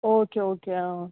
okay okay